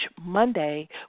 Monday